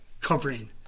covering